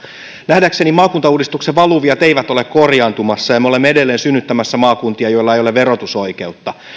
nähdäkseni maakuntauudistuksen valuviat eivät ole korjaantumassa ja me olemme edelleen synnyttämässä maakuntia joilla ei ole verotusoikeutta